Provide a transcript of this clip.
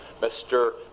Mr